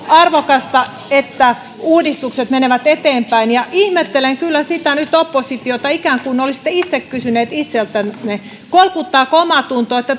arvokasta että uudistukset menevät eteenpäin ja ihmettelen kyllä nyt oppositiota ikään kuin olisitte itse kysyneet itseltänne kolkuttaako omatunto että